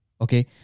Okay